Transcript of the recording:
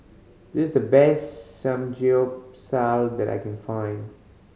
this the best Samgyeopsal that I can find